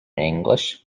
english